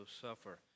suffer